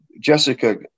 Jessica